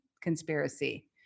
conspiracy